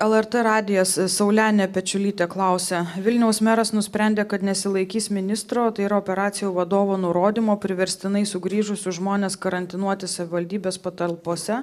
lrt radijas saulenė pečiulytė klausia vilniaus meras nusprendė kad nesilaikys ministro tai yra operacijų vadovo nurodymo priverstinai sugrįžusius žmones karantinuoti savivaldybės patalpose